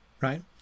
right